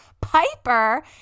Piper